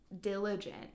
diligent